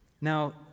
Now